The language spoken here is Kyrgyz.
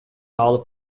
алып